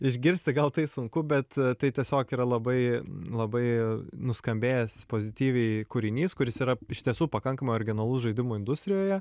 išgirsti gal tai sunku bet tai tiesiog yra labai labai nuskambėjęs pozityviai kūrinys kuris yra iš tiesų pakankamai originalus žaidimų industrijoje